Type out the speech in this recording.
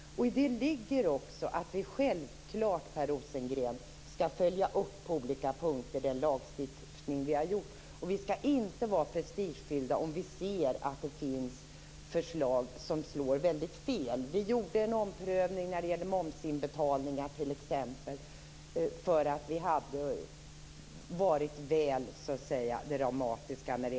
I det ligger också att vi självfallet, Per Rosengren, på olika punkter skall följa upp de lagar vi har stiftat. Vi skall inte vara prestigefyllda om vi ser att det finns förslag som slår väldigt fel. Vi gjorde en omprövning när det gäller momsinbetalningar, t.ex., för att förändringarna hade varit väl dramatiska.